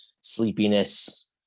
sleepiness